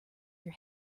your